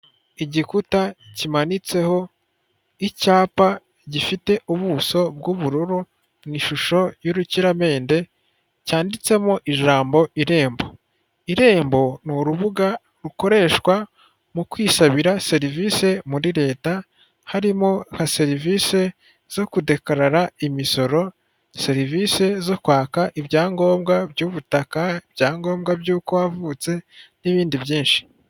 Igikuta kimanitseho icyapa gifite ubuso bw'ubururu mu ishusho y'urukiramende cyanditsemo ijambo irembo, irembo ni urubuga rukoreshwa mu kwisabira serivisi muri leta harimo nka serivisi zo kudekarara imisoro, serivisi zo kwaka ibyangombwa by'ubutaka, ibyayangombwa by'uko wavutse n'ibindi byinshi.